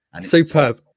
Superb